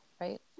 right